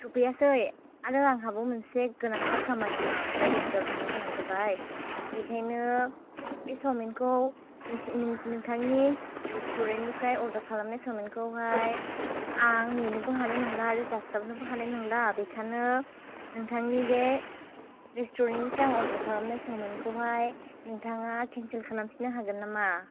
सफैयासै आरो आंहाबो मोनसे गोनांथार खामानिनि थाखाय दस्रायाव थांनो गोनां जाबाय बेखायनो बे सावमिनखौ नोंथांनि रेसट'रेन्टनिफ्राय अर्डार खालामनाय सावमिनखौहाय आं नेनोबो हानाय नंला आरो जास्लाबनोबो हानाय नंला बिनिखायनो नोंथांनि बे रेसट'रेन्टनिफ्राय आं अर्डार खालामनाय सावमिनखौ हाय नोंथाङा केनचेल खालामफिन्नो हागोन नामा